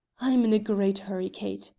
i'm in a great hurry, kate,